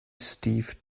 steve